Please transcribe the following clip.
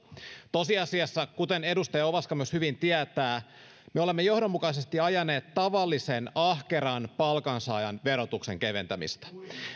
tosiasiassa kuten edustaja ovaska myös hyvin tietää me olemme johdonmukaisesti ajaneet tavallisen ahkeran palkansaajan verotuksen keventämistä